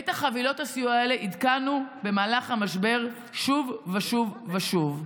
את חבילות הסיוע האלה עדכנו במהלך המשבר שוב ושוב ושוב.